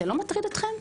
זה לא מטריד אתכם?